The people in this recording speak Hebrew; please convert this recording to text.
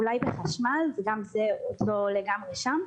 אולי בחשמל וגם זה לא לגמרי שם,